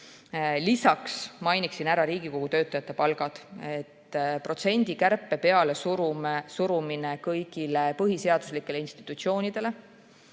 Lisaks mainin ära Riigikogu Kantselei töötajate palgad. Protsendikärpe pealesurumine kõigile põhiseaduslikele institutsioonidele